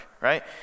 right